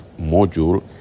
module